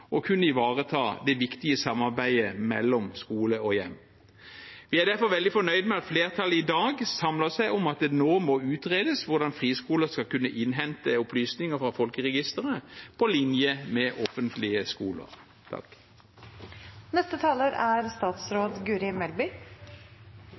kunne ivareta det viktige samarbeidet mellom skole og hjem. Vi er derfor veldig fornøyd med at flertallet i dag samler seg om at det nå må utredes hvordan friskoler skal kunne innhente opplysninger fra folkeregisteret på linje med offentlige skoler.